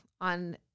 on